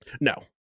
no